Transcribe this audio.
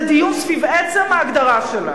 לדיון סביב עצם ההגדרה שלנו.